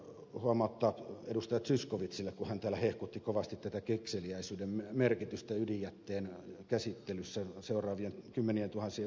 zyskowiczille kun hän täällä hehkutti kovasti tätä kekseliäisyyden merkitystä ydinjätteen käsittelyssä seuraavien kymmenientuhansien vuosien aikana